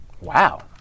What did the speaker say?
Wow